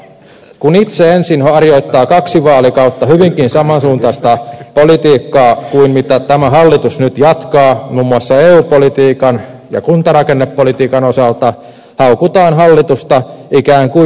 kun itse ensin harjoittaa kaksi vaalikautta hyvinkin samansuuntaista politiikkaa kuin mitä tämä hallitus nyt jatkaa muun muassa eu politiikan ja kuntarakennepolitiikan osalta haukutaan hallitusta ikään kuin muodon vuoksi